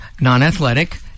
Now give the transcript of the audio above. non-athletic